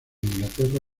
inglaterra